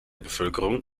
bevölkerung